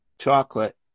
chocolate